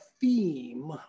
theme